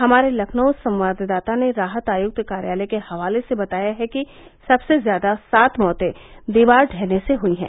हमारे लखनऊ संवाददाता ने राहत आयुक्त कार्यालय के हवाले से बताया है कि सक्से ज्यादा सात मौतें दीवार ढहने से हुयी हैं